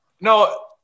no